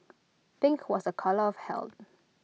pink was A colour of health